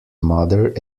mother